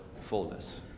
fullness